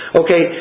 okay